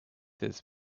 this